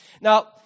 Now